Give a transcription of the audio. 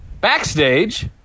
Backstage